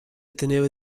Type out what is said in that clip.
tenere